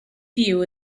view